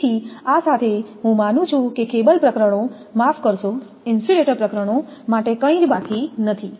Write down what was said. તેથી આ સાથે હું માનું છું કે કેબલ પ્રકરણો માફ કરશો ઇન્સ્યુલેટર પ્રકરણો માટે કંઈ જ બાકી નથી